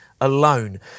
alone